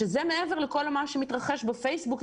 שזה מעבר לכל מה שמתרחש בפייסבוק.